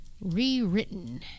rewritten